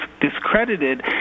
discredited